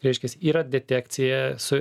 reiškias yra detekcija su